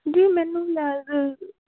ਜੀ ਮੈਨੂੰ